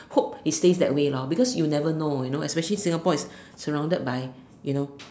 how it stays that way lor because you never know you know especially Singapore is surrounded by you know